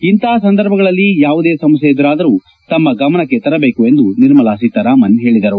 ಅಂತಹ ಸಂದರ್ಭಗಳಲ್ಲಿ ಯಾವುದೇ ಸಮಸ್ಯೆ ಎದುರಾದರೂ ತಮ್ಮ ಗಮನಕ್ಕೆ ತರಬೇಕು ಎಂದು ನಿರ್ಮಲಾ ಸೀತಾರಾಮನ್ ಹೇಳಿದರು